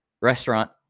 Restaurant